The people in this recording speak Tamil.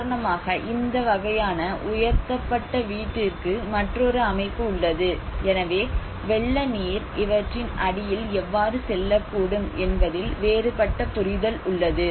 உதாரணமாக இந்த வகையான உயர்த்தப்பட்ட வீட்டிற்கு மற்றொரு அமைப்பு உள்ளது எனவே வெள்ள நீர் இவற்றின் அடியில் எவ்வாறு செல்லக்கூடும் என்பதில் வேறுபட்ட புரிதல் உள்ளது